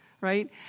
right